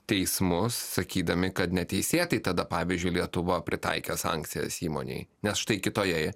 teismus sakydami kad neteisėtai tada pavyzdžiui lietuva pritaikė sankcijas įmonei nes štai kitoje